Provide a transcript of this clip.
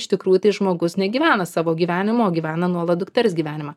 iš tikrųjų tai žmogus negyvena savo gyvenimo o gyvena nuolat dukters gyvenimą